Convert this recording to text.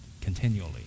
continually